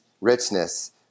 richness